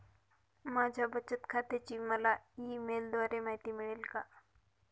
माझ्या बचत खात्याची मला ई मेलद्वारे माहिती मिळेल का?